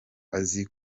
azi